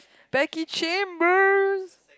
Becky-Chambers